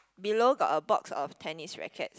below got a box of tennis racket